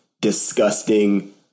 disgusting